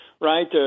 right